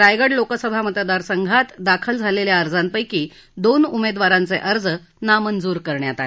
रायगड लोकसभा मतदार संघात दाखल झालेल्या अर्जपैकी दोन उमेदवारांचे अर्ज नामंजूर करण्यात आले